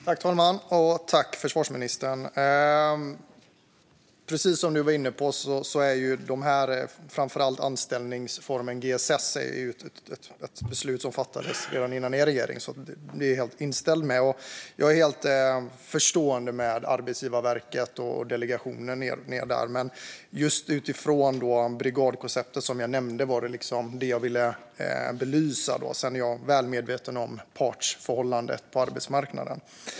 Herr talman! Tack, försvarsministern! Precis som du var inne på är ju framför allt anställningsformen GSS ett beslut som fattades även innan er regering, så det är jag helt införstådd med. Jag är också helt införstådd med Arbetsgivarverket och delegationen, men jag ville belysa det just utifrån brigadkonceptet. Sedan är jag väl medveten om partsförhållandet på arbetsmarknaden.